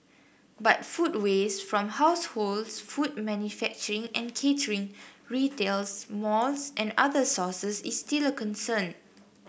but food waste from households food manufacturing and catering retails malls and other sources is still a concern